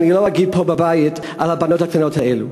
לא אגיד פה בבית על הבנות הקטנות האלה.